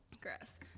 grass